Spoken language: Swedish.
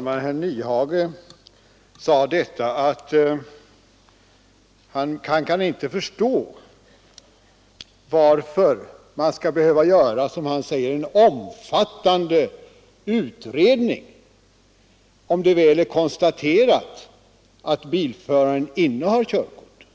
Herr talman! Herr Nyhage kan inte förstå varför det skall behövas en, som han sade, omfattande utredning, om det väl är konstaterat att bilföraren innehar körkort.